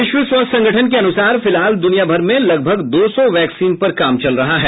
विश्व स्वास्थ्य संगठन के अनुसार फिलहाल दुनियाभर में लगभग दो सौ वैक्सीन पर काम चल रहा है